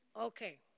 Okay